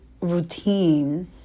routine